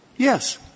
Yes